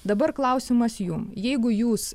dabar klausimas jų jeigu jūs